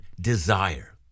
desire